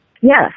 Yes